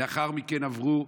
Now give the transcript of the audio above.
לאחר מכן עברו,